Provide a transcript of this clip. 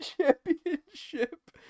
Championship